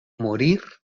morir